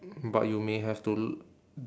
but you may have to